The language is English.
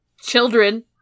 children